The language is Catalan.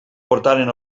portaren